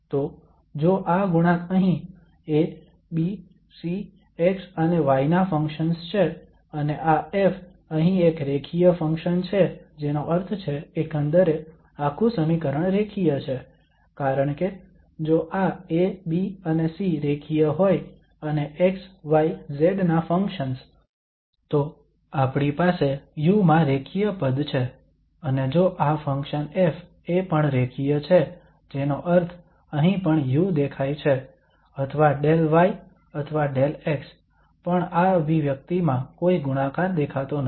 તો જો આ ગુણાંક અહીં A B C x અને y ના ફંક્શન્સ છે અને આ F અહીં એક રેખીય ફંક્શન છે જેનો અર્થ છે એકંદરે આખું સમીકરણ રેખીય છે કારણ કે જો આ A B અને C રેખીય હોય અને x y z ના ફંક્શન્સ તો આપણી પાસે u માં રેખીય પદ છે અને જો આ ફંક્શન F એ પણ રેખીય છે જેનો અર્થ અહીં પણ u દેખાય છે અથવા 𝜕y અથવા 𝜕x પણ આ અભિવ્યક્તિમાં કોઈ ગુણાકાર દેખાતો નથી